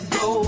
go